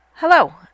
Hello